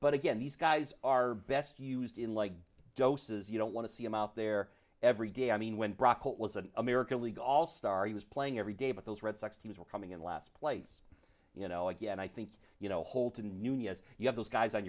but again these guys are best used in like doses you don't want to see him out there every day i mean when brock what was an american league all star he was playing every day but those red sox teams were coming in last place you know again i think you know holton noon yes you have those guys on